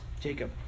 Jacob